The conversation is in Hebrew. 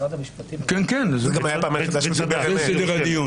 זו גם הייתה הפעם היחידה שהוא דיבר אמת.